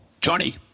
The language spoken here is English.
Johnny